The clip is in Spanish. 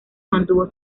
mantuvo